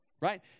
right